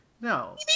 No